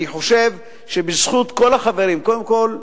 אני חושב שבזכות כל החברים, קודם כול,